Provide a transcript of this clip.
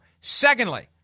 Secondly